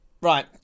Right